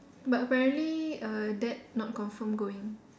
but apparently err dad not confirm going